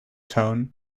tone